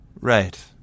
Right